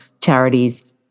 charities